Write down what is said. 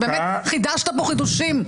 חידשת פה חידושים.